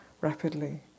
rapidly